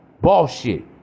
bullshit